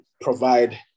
provide